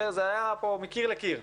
זה היה פה מקיר לקיר.